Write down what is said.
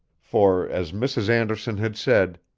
for, as mrs. anderson had said,